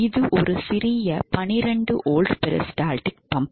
இது ஒரு சிறிய 12 வோல்ட் பெரிஸ்டால்டிக் பம்ப்